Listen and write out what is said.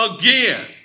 again